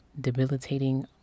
debilitating